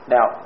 Now